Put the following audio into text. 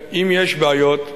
שכן יש בעיות,